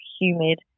humid